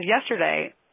yesterday